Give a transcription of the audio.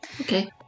Okay